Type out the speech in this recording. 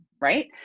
right